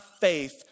faith